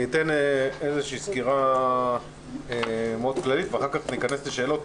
אתן סקירה כללית מאוד ואחר כך ניכנס לשאלות,